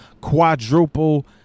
quadruple